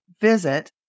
visit